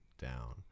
down